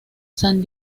san